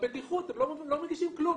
בבטיחות הם לא מגישים כלום.